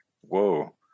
Whoa